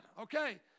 Okay